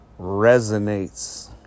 resonates